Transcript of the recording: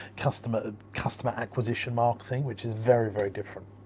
customer ah customer acquisition marketing, which is very, very different.